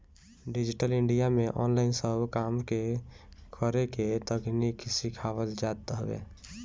digital India में online सब काम के करेके तकनीकी सिखावल जात हवे